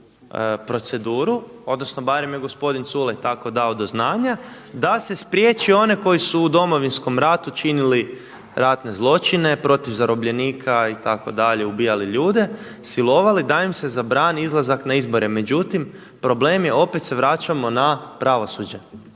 proceduru, odnosno barem je gospodin Culej tako dao do znanja da se spriječi one koji su u Domovinskom ratu činili ratne zločine protiv zarobljenika itd. ubijali ljude, silovali, da im se zabrani izlazak na izbore. Međutim problem je opet se vraćamo na pravosuđe,